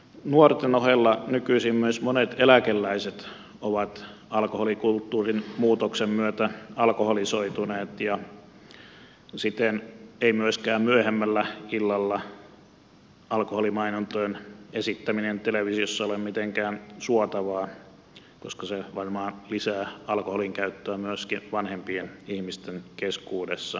nuorten ohella nykyisin myös monet eläkeläiset ovat alkoholikulttuurin muutoksen myötä alkoholisoituneet ja siten ei myöskään myöhemmällä illalla alkoholimainontojen esittäminen televisiossa ole mitenkään suotavaa koska se varmaan lisää alkoholinkäyttöä myöskin vanhempien ihmisten keskuudessa